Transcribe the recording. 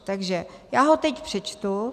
Takže já ho teď přečtu.